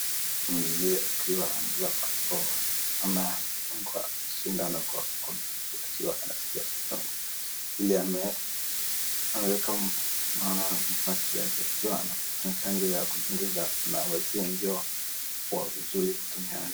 Mzee akiwa anavaa barakoa anadungwa shindano kwa mkono akiwa anasikia uchungu, vile ameweka unaona macho yake akiwa anachanjwa ya kujikinga na wazee ndio huwa vizuri kutumia.